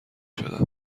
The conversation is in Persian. شدم